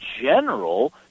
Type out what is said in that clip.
general